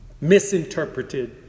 misinterpreted